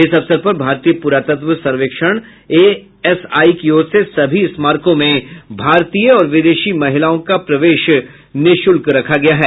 इस अवसर पर भारतीय पुरातत्व सर्वेक्षण एएसआई की ओर से सभी स्मारकों में भारतीय और विदेशी महिलाओं का प्रवेश निःशुल्क रखा गया है